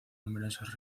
numerosos